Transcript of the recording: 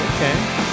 Okay